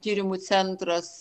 tyrimų centras